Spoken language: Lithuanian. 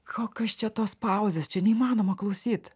kokios čia tos pauzės čia neįmanoma klausyt